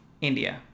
India